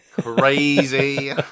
crazy